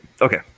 okay